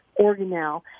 organelle